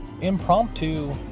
impromptu